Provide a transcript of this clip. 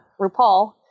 RuPaul